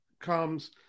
comes